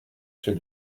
chez